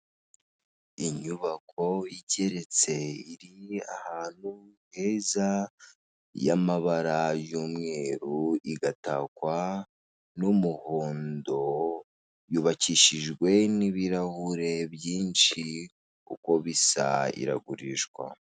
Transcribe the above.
Inzu nziza cyane ikiri nshya. Iyi nzu iherereye Gacuriro mu Mujyi wa Kigali. Iyi nzu ikodeshwa ibihumbi bitatu by'Amadolari ku kwezi.